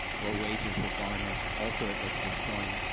or wages were garnished. also, it was destroying, ah,